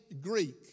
Greek